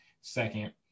second